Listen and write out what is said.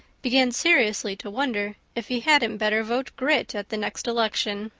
began seriously to wonder if he hadn't better vote grit at the next election.